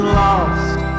lost